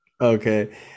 Okay